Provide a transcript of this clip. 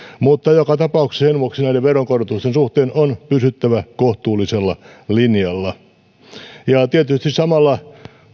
mutta joka tapauksessa sen vuoksi näiden veronkorotusten suhteen on pysyttävä kohtuullisella linjalla tietysti samalla